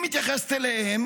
היא מתייחסת אליהם